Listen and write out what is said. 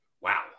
Wow